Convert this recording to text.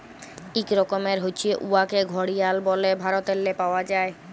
ইক রকমের হছে উয়াকে ঘড়িয়াল ব্যলে ভারতেল্লে পাউয়া যায়